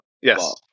Yes